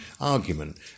argument